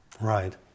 right